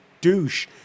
douche